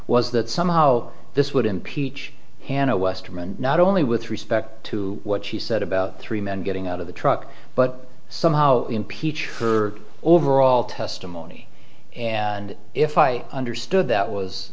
was that somehow this would impeach hanno westerman not only with respect to what she said about three men getting out of the truck but somehow impeach her overall testimony and if i understood that was